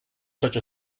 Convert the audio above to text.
such